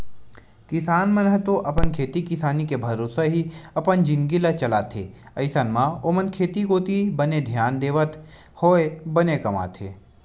किसान मन ह तो अपन खेती किसानी के भरोसा ही अपन जिनगी ल चलाथे अइसन म ओमन खेती कोती बने धियान देवत होय बने कमाथे